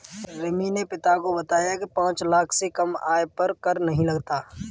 रिमी ने पिता को बताया की पांच लाख से कम आय पर कर नहीं लगता